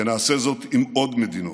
ונעשה זאת עם עוד מדינות.